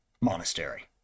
monastery